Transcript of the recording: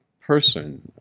person